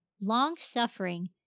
Long-suffering